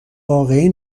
واقعی